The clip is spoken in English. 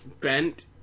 bent